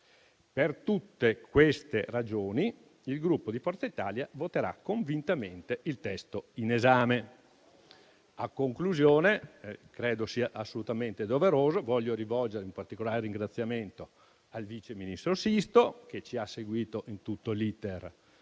Per tutte queste ragioni il Gruppo Forza Italia voterà convintamente a favore del testo in esame. A conclusione, credo sia assolutamente doveroso rivolgere un particolare ringraziamento al vice ministro Sisto, che ci ha seguito in tutto l'*iter*